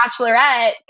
Bachelorette